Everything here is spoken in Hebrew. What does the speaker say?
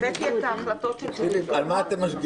הבאתי את ההחלטות משנים קודמות,